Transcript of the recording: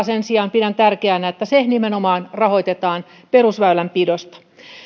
sen sijaan pidän tärkeänä että korjausvelkaa nimenomaan rahoitetaan perusväylänpidosta